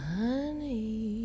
honey